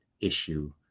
issue